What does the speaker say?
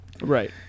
Right